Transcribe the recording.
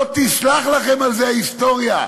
לא תסלח לכם על זה ההיסטוריה,